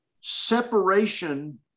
separation